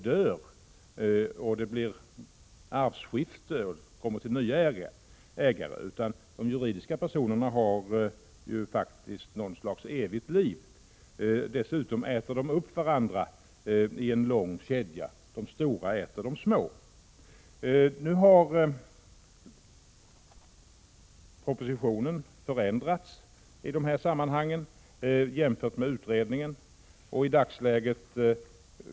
Det kommer alltså inte till nya ägare genom arvskifte. Juridiska personer har något av ett evigt liv. Men man kan också säga att de äter upp varandra; de stora äter upp de små. Propositionen har nu förändrats på denna punkt, om man jämför med den utredning som har gjorts.